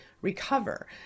recover